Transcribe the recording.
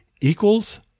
equals